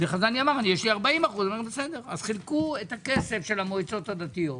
חזני אמר: יש לי 40%. אז חילקו את הכסף של המועצות הדתיות.